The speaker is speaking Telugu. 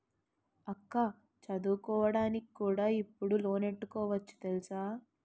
అక్కా చదువుకోడానికి కూడా ఇప్పుడు లోనెట్టుకోవచ్చు తెలుసా?